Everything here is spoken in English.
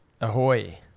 ahoy